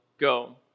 go